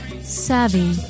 savvy